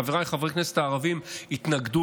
חבריי חברי הכנסת הערבים התנגדו,